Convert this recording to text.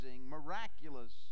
miraculous